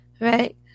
Right